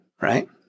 right